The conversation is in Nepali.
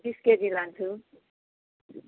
बिस केजी लान्छु